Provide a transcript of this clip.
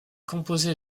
composé